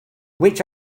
which